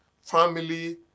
family